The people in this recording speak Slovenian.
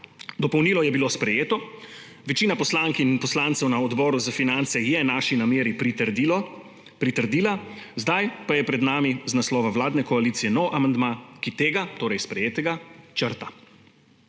Dopolnilo je bilo sprejeto. Večina poslank in poslancev na Odboru za finance je naši nameri pritrdila, zdaj pa je pred nami z naslova vladne koalicije nov amandma, ki tega, torej sprejetega, črta.